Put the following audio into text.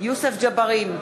יוסף ג'בארין,